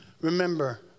Remember